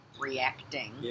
Reacting